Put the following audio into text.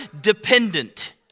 dependent